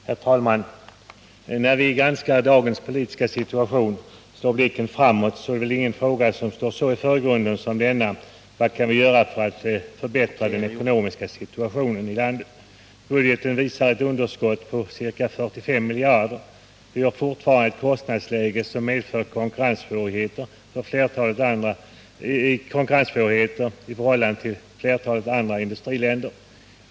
Herr talman! När vi granskar dagens politiska situation och riktar blicken framåt, är det väl ingen fråga som står så i förgrunden som denna: Vad kan vi göra för att förbättra den ekonomiska situationen i landet? Budgeten visar ett underskott på ca 45 miljarder. Vi har fortfarande ett kostnadsläge som medför konkurrenssvårigheter i förhållande till flertalet andra industriländer.